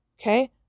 Okay